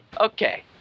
okay